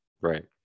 Right